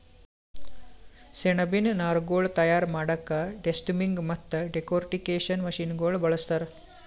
ಸೆಣಬಿನ್ ನಾರ್ಗೊಳ್ ತಯಾರ್ ಮಾಡಕ್ಕಾ ಡೆಸ್ಟಮ್ಮಿಂಗ್ ಮತ್ತ್ ಡೆಕೊರ್ಟಿಕೇಷನ್ ಮಷಿನಗೋಳ್ ಬಳಸ್ತಾರ್